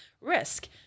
risk